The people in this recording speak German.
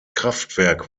kraftwerk